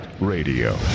Radio